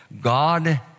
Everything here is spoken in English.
God